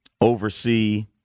oversee